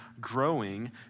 growing